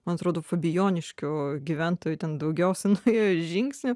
man atrodo fabijoniškių gyventojų ten daugiausiai sofijoje žingsnį